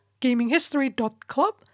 gaminghistory.club